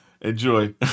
Enjoy